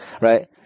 Right